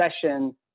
session